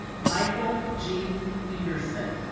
michael g. peterson